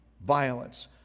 violence